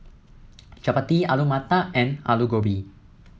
Chapati Alu Matar and Alu Gobi